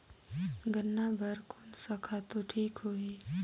गन्ना बार कोन सा खातु ठीक होही?